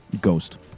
Ghost